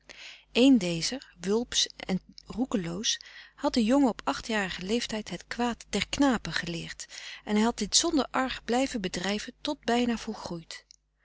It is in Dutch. een dezer wulpsch en roekeloos had den jongen op achtjarigen leeftijd het kwaad der knapen geleerd en hij had dit zonder arg blijven bedrijven tot bijna volgroeid